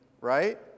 right